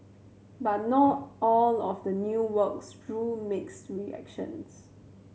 but not all of the new works drew mixed reactions